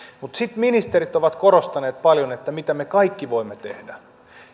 mutta sitten ministerit ovat korostaneet paljon sitä että mitä me kaikki voimme tehdä